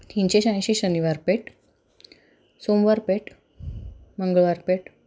तीनशे शहाऐंशी शनिवार पेठ सोमवार पेठ मंगळवार पेठ